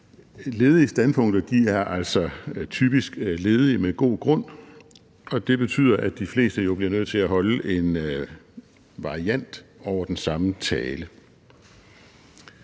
Ledige standpunkter er altså typisk ledige med god grund, og det betyder, at de fleste jo bliver nødt til at holde en variant over den samme tale.